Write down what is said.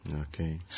Okay